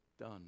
done